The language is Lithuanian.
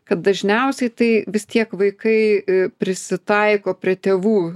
kad dažniausiai tai vis tiek vaikai prisitaiko prie tėvų